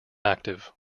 active